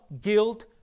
guilt